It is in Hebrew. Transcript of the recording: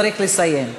צריך לסיים.